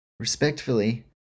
Respectfully